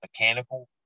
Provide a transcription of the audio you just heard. mechanical